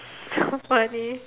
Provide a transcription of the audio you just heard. so funny